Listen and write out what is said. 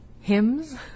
hymns